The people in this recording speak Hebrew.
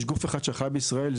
יש גוף אחד שאחראי בישראל,